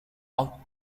out